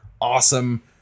awesome